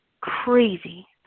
crazy